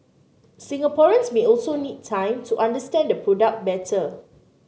Singaporeans may also need time to understand the product better